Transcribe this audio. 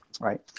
right